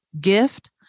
gift